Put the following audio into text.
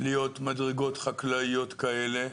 להיות מדרגות חקלאיות כאלה,